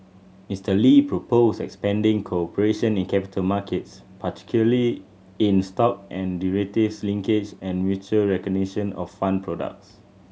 Mister Lee proposed expanding cooperation in capital markets particularly in stock and derivatives linkages and mutual recognition of fund products